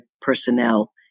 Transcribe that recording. personnel